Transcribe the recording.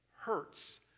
hurts